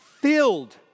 filled